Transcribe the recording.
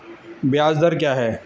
ब्याज दर क्या है?